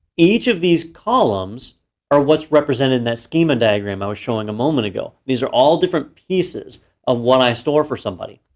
each of these columns are what's represented in that schema diagram i was showing a moment ago. these are all different pieces of what i store for somebody.